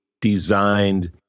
designed